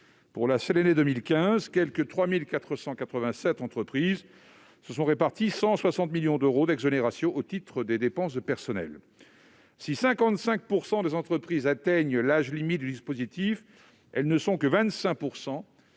Pour la seule année 2015, quelque 3 487 entreprises se sont réparti 160 millions d'euros d'exonérations au titre des dépenses de personnel. Si 55 % des entreprises atteignent l'âge limite du dispositif, elles ne sont que 25